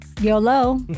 YOLO